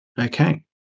Okay